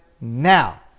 now